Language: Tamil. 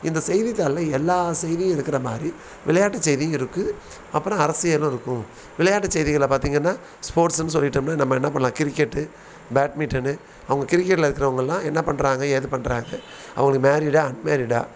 இந்தச் செய்தித்தாளில் எல்லா செய்தியும் இருக்கிற மாதிரி விளையாட்டுச் செய்தியும் இருக்குது அப்புறம் அரசியலும் இருக்கும் விளையாட்டுச் செய்திகளை பார்த்திங்கன்னா ஸ்போர்ட்ஸுன்னு சொல்லிட்டோம்னா நம்ம என்ன பண்ணலாம் கிரிக்கெட்டு பேட்மிட்டனு அவங்க கிரிக்கெட்டில் இருக்கிறவங்கள்லாம் என்ன பண்ணுறாங்க ஏது பண்ணுறாங்க அவங்களுக்கு மேரீடா அன்மேரீடா